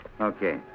Okay